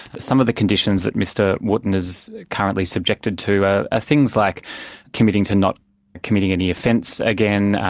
some of the conditions that mr wotton is currently subjected to are things like committing to not committing any offence again,